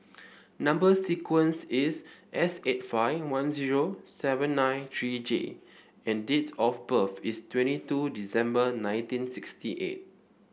number sequence is S eight five one zero seven nine three J and date of birth is twenty two December nineteen sixty eight